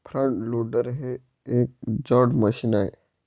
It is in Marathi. फ्रंट लोडर हे एक जड मशीन आहे